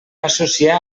associar